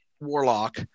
Warlock